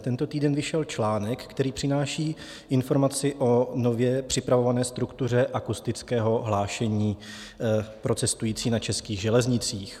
tento týden vyšel článek, který přináší informaci o nově připravované struktuře akustického hlášení pro cestující na českých železnicích.